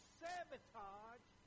sabotage